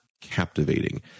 captivating